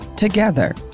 Together